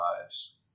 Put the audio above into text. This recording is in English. lives